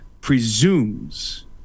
presumes